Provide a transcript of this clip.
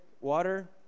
water